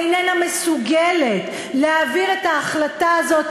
איננה מסוגלת להעביר את ההחלטה הזאת,